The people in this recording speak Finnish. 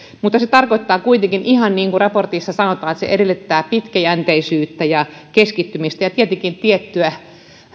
mutta se tarkoittaa kuitenkin ihan niin kuin raportissa sanotaan että se edellyttää pitkäjänteisyyttä ja keskittymistä ja tietenkin tiettyä